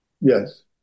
Yes